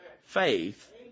faith